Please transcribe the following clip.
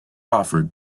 offered